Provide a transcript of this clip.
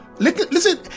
Listen